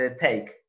take